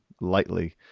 lightly